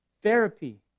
Therapy